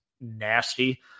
nasty